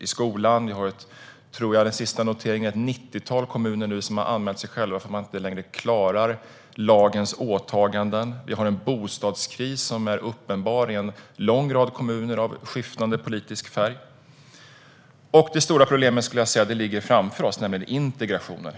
När det gäller skolan är den senaste noteringen att ett nittiotal kommuner har anmält sig själva för att de inte längre klarar lagens åtaganden. Det finns en uppenbar bostadskris i en lång rad kommuner av skiftande politisk färg. Det stora problemet ligger framför oss, nämligen integration.